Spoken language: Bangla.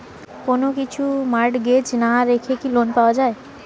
কোন কিছু মর্টগেজ না রেখে কি লোন পাওয়া য়ায়?